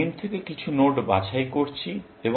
আমরা m থেকে কিছু নোড বাছাই করছি